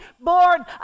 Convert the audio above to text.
born